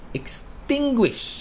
extinguish